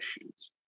issues